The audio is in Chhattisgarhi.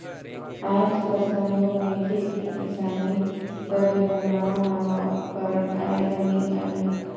आएज कर समे में खेती किसानी करे बर नावा नावा उपकरन आए लगिन अहें